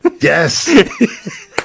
yes